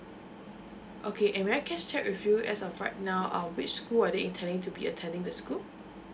okay and may I just check with you as of right now uh which school are they intending to be attending the school